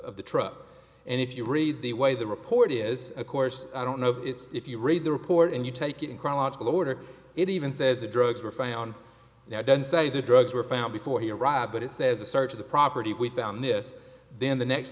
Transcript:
of the truck and if you read the way the report is of course i don't know if it's if you read the report and you take it in chronological order it even says the drugs were found dead inside the drugs were found before he arrived but it says a search of the property down this then the next